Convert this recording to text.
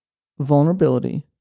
vulnerability,